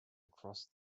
across